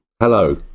Hello